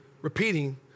repeating